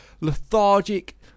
lethargic